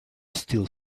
still